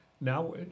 Now